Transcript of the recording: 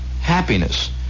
Happiness